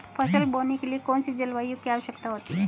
फसल बोने के लिए कौन सी जलवायु की आवश्यकता होती है?